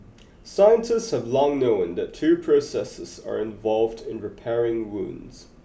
scientists have long known that two processes are involved in repairing wounds